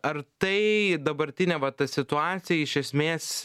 ar tai dabartinė va ta situacija iš esmės